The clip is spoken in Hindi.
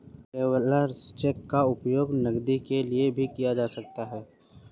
ट्रैवेलर्स चेक का उपयोग नकदी के लिए भी किया जा सकता है